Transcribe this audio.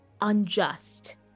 unjust